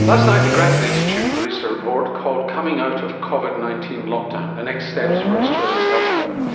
last night the grattan institute released a report called coming out of covid nineteen lockdown the next steps for australian healthcare.